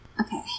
Okay